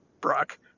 Brock